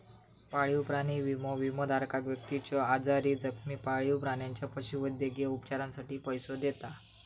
पाळीव प्राणी विमो, विमोधारक व्यक्तीच्यो आजारी, जखमी पाळीव प्राण्याच्या पशुवैद्यकीय उपचारांसाठी पैसो देता